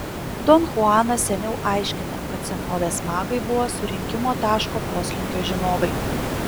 don chuanas seniau aiškino kad senovės magai buvo surinkimo taško poslinkio žinovai